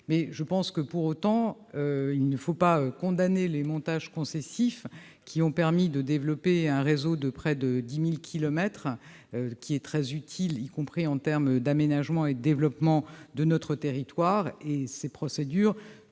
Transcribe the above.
titre personnel. Pour autant, il ne faut pas condamner les montages concessifs, qui ont permis de développer un réseau de près de 10 000 kilomètres, très utile y compris en termes d'aménagement et de développement de notre territoire. Ces procédures